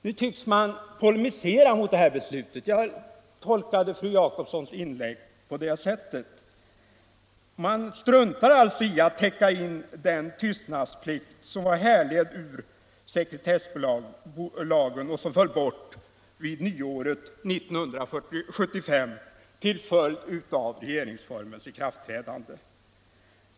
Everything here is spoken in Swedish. Nu tycks man polemisera mot det beslutet. Jag tolkade fru Jacobssons inlägg på det sättet. Man struntar alltså i att täcka in den tystnadsplikt som var härledd ur sekretesslagen och som föll bort vid nyåret 1975 till följd av regeringsformens ikraftträdande.